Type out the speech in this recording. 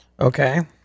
Okay